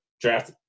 draft